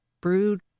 brewed